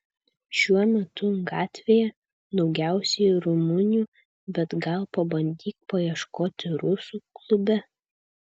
šiuo metu gatvėje daugiausiai rumunių bet gal pabandyk paieškoti rusų klube